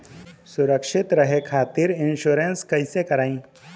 सुरक्षित रहे खातीर इन्शुरन्स कईसे करायी?